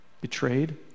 Betrayed